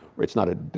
it's not an